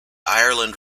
ireland